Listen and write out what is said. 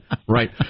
right